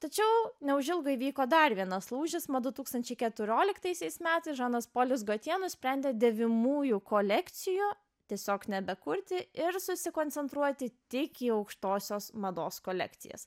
tačiau neužilgo įvyko dar vienas lūžis mat du tūkstančiai keturioliktaisiais metais žanas polis gotje nusprendė dėvimųjų kolekciją tiesiog nebekurti ir susikoncentruoti tik į aukštosios mados kolekcijas